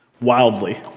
Wildly